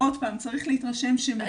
עוד פעם, צריך להתרשם --- התרשמנו.